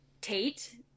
Tate